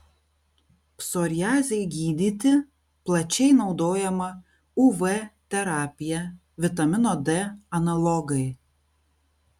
psoriazei gydyti plačiai naudojama uv terapija vitamino d analogai